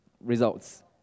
Results